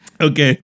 Okay